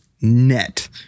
net